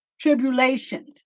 tribulations